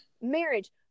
marriage